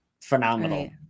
phenomenal